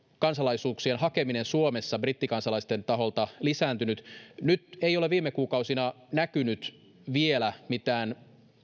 kansalaisuuksien hakeminen suomessa brittikansalaisten taholta lisääntynyt nyt ei ole viime kuukausina näkynyt vielä mitään